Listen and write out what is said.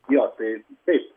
jo tai taip